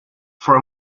for